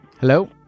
hello